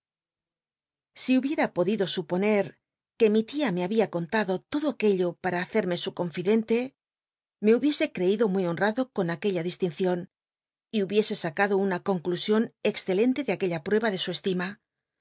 si hubica podido supone que mi lia me habia contado todo aquello para hacerme su ronlldentc me hubiese ceido muy honrado con aquella distincion y hubiese sacado una conclusion rxcclentc de aquella prueba de su